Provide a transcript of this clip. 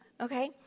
Okay